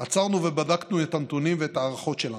עצרנו ובדקנו את הנתונים ואת ההערכות שלנו.